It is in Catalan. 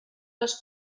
les